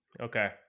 Okay